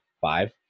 five